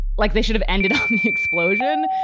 like they should have ended up explosion.